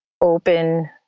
open